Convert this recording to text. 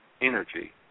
energy